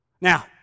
Now